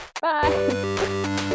bye